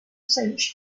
saints